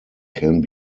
can